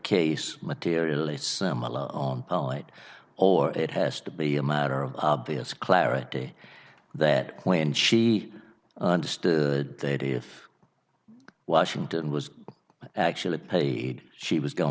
case materially similar on point or it has to be a matter of obvious clarity that when she understood that if washington was actually pay she was going